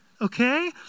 okay